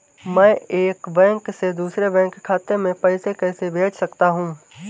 मैं एक बैंक से दूसरे बैंक खाते में पैसे कैसे भेज सकता हूँ?